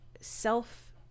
self